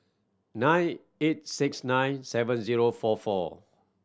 nine eight six nine seven zero four four